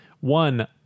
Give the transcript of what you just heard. One